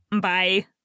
bye